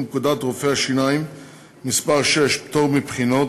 פקודת רופאי השיניים (מס' 6) (פטור מבחינות),